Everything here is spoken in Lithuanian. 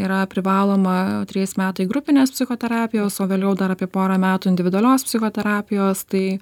yra privaloma trys metai grupinės psichoterapijos o vėliau dar apie porą metų individualios psichoterapijos tai